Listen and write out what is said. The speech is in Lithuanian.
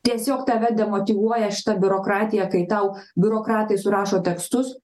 tiesiog tave demotyvuoja šita biurokratija kai tau biurokratai surašo tekstus